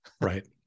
Right